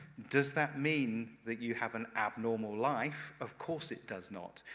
does that mean that you have an abnormal life? of course it does not.